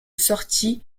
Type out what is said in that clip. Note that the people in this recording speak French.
sortie